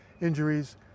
injuries